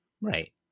Right